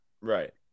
Right